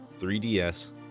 3DS